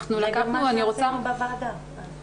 זה מה שעשינו בוועדה.